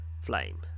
flame